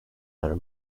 are